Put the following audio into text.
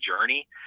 journey